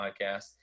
podcast